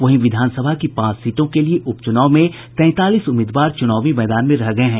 वहीं विधानसभा की पांच सीटों के लिये उप चुनाव में तैंतालीस उम्मीदवार चुनावी मैदान में रह गये हैं